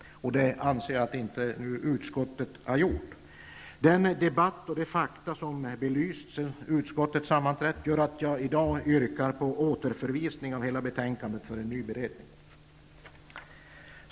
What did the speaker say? Det har enligt min mening inte utskottet gjort. Den debatt och de fakta som belysts sedan utskottet sammanträtt gör att jag i dag yrkar på återförvisning av hela betänkandet i och för ny beredning.